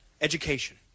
education